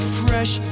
fresh